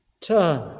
turn